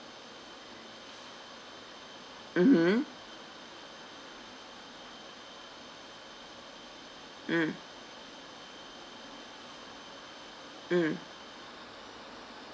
mmhmm mm mm